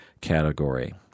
category